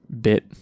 bit